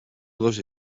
dos